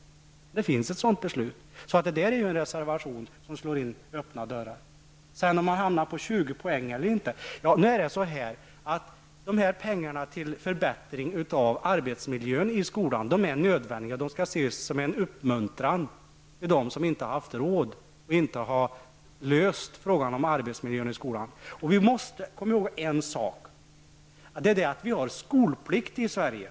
Det finns ett sådant beslut, och er reservation slår därför in öppna dörrar. Pengarna till förbättringar av arbetsmiljön i skolan är nödvändiga, och de skall ses som en uppmuntran till dem som inte har haft råd och inte har kunnat lösa frågan om arbetsmiljön i skolan. Vi måste komma ihåg en sak, nämligen att vi har skolplikt i Sverige.